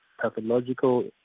pathological